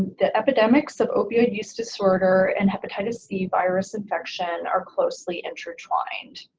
the epidemics of opioid use disorder and hepatitis c virus infection are closely intertwined,